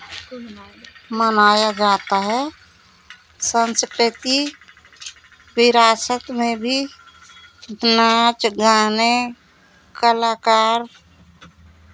मनाया जाता है संस्कृति विरासत में भी नाच गाने कलाकार